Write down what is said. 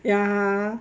ya